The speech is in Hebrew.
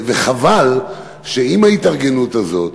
חבל שעם ההתארגנות הזאת,